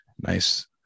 nice